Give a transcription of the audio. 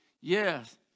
Yes